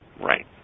Right